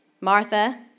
Martha